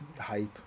hype